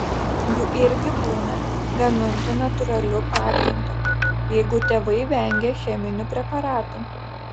jų irgi būna gamintų natūraliu pagrindu jeigu tėvai vengia cheminių preparatų